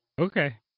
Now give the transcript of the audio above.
Okay